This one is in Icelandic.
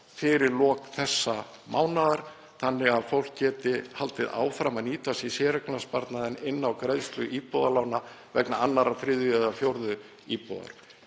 fyrir lok þessa mánaðar þannig að fólk geti haldið áfram að nýta sér séreignarsparnað inn á greiðslu íbúðalána vegna annarrar, þriðju eða fjórðu íbúðar.